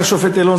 אומר השופט אלון,